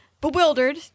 bewildered